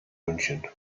münchen